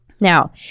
Now